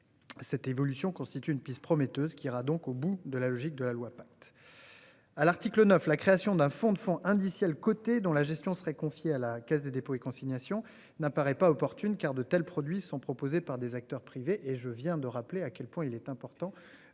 Cette évolution constitue une piste prometteuse qui ira donc au bout de la logique de la loi pacte.